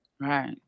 Right